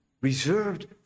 reserved